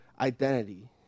identity